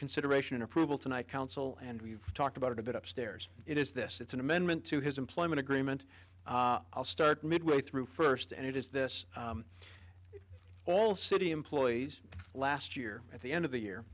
consideration approval tonight counsel and we've talked about it a bit upstairs it is this it's an amendment to his employment agreement i'll start mid way through first and it is this all city employees last year at the end of the year